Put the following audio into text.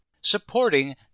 supporting